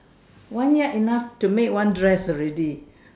one Yard enough to make one dress already